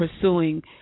pursuing